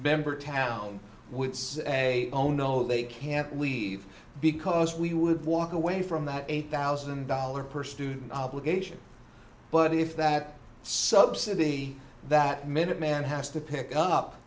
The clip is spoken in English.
member town would say oh no they can't leave because we would walk away from that eight thousand dollars per student obligation but if that subsidy that minuteman has to pick up